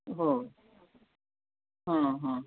हो हां हां